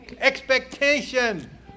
Expectation